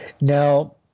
Now